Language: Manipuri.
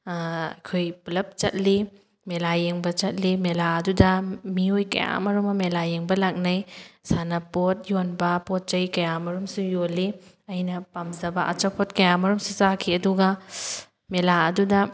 ꯑꯩꯈꯣꯏ ꯄꯨꯜꯂꯞ ꯆꯠꯂꯤ ꯃꯦꯂꯥ ꯌꯦꯡꯕ ꯆꯠꯂꯤ ꯃꯦꯂꯥ ꯑꯗꯨꯗ ꯃꯤꯑꯣꯏ ꯀꯌꯥꯃꯔꯨꯝ ꯑꯃ ꯃꯦꯂꯥ ꯌꯦꯡꯕ ꯂꯥꯛꯅꯩ ꯁꯥꯟꯅꯄꯣꯠ ꯌꯣꯟꯕ ꯄꯣꯠꯆꯩ ꯀꯌꯥꯃꯔꯨꯝꯁꯨ ꯌꯣꯜꯂꯤ ꯑꯩꯅ ꯄꯥꯝꯖꯕ ꯑꯆꯥꯄꯣꯠ ꯀꯌꯥꯃꯔꯨꯝꯁꯨ ꯆꯥꯈꯤ ꯑꯗꯨꯒ ꯃꯦꯂꯥ ꯑꯗꯨꯗ